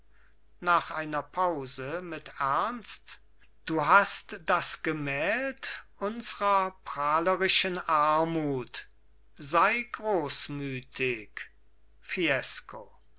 nach einer pause mit ernst du hast das gemäld unsrer prahlerischen armut sei großmütig fiesco